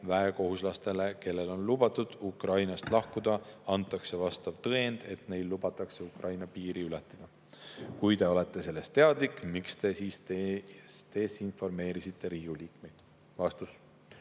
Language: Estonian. väekohuslastele, kellel on lubatud Ukrainast lahkuda, antakse vastav tõend, et neil lubataks[e] Ukraina piiri ületada? Kui Te olete sellest teadlik, miks Te siis desinformeerisite Riigikogu liikmeid?" Ajutise